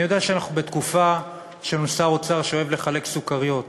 אני יודע שאנחנו בתקופה שיש לנו שר אוצר שאוהב לחלק סוכריות.